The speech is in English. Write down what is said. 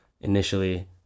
initially